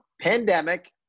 pandemic